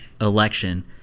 election